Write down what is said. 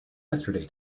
yesterday